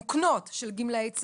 מוקנות של גמלאי צה"ל,